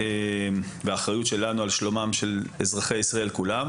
זאת האחריות שלנו על שלומם של אזרחי ישראל כולם.